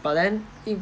but then 因